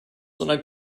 sondern